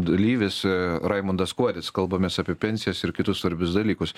dalyvis raimundas kuodis kalbamės apie pensijas ir kitus svarbius dalykus